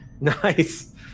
Nice